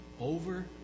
over